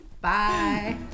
bye